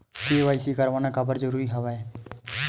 KYC करवाना काबर जरूरी हवय?